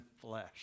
flesh